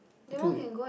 I think we